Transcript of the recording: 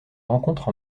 rencontre